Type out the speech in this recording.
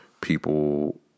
people